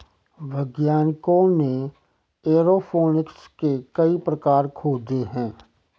वैज्ञानिकों ने एयरोफोनिक्स के कई प्रकार खोजे हैं